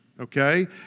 okay